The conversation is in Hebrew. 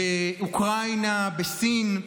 באוקראינה, בסין.